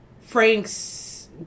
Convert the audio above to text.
Frank's